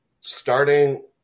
starting